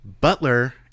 Butler